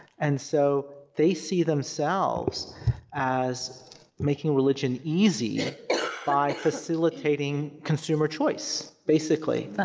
and so, they see themselves as making religion easy by facilitating consumer choice, basically.